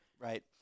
right